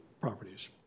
properties